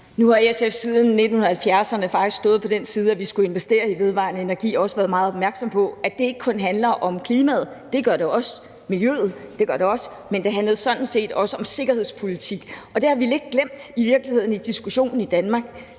Nu har SF siden 1970'erne faktisk stået på den side om, at vi skulle investere i vedvarende energi, og har også været opmærksom på, at det ikke kun handler om klimaet, det gør det også, og miljøet, det gør det også, men at det sådan set også handler om sikkerhedspolitik, og det har vi i virkeligheden glemt lidt i diskussionen i Danmark.